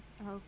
okay